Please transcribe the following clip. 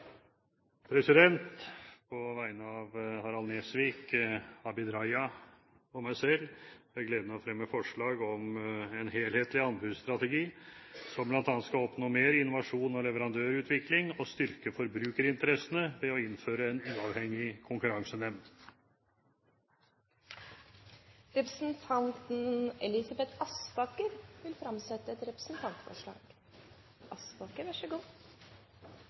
På vegne av Harald T. Nesvik, Abid Q. Raja og meg selv har jeg gleden av å fremme forslag om en helhetlig anbudsstrategi der men bl.a. skal oppnå mer innovasjon og leverandørutvikling og styrke forbrukerinteressene ved å innføre en uavhengig konkurransenemnd. Representanten Elisabeth Aspaker vil framsette et representantforslag.